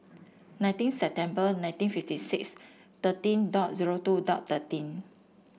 nineteen September nineteen fifty six thirteen dot zero two dot thirteen